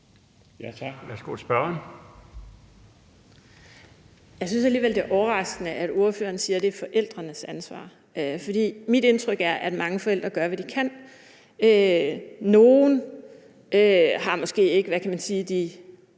Jeg synes alligevel, det er overraskende, at ordføreren siger, at det er forældrenes ansvar, for mit indtryk er, at mange forældre gør, hvad de kan. Nogen har måske ikke de